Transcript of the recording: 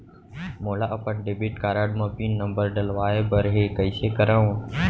मोला अपन debit card म पिन नंबर डलवाय बर हे कइसे करव?